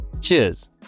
cheers